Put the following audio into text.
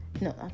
No